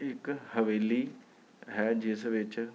ਇੱਕ ਹਵੇਲੀ ਹੈ ਜਿਸ ਵਿੱਚ